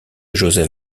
josef